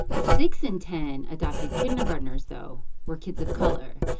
six in ten adopted kindergartners, though, were kids of color.